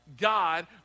God